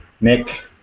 Nick